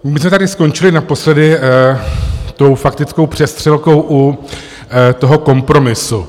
My jsme tady skončili naposledy tou faktickou přestřelkou u toho kompromisu.